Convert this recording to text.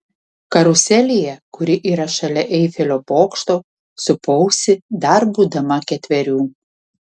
karuselėje kuri yra šalia eifelio bokšto supausi dar būdama ketverių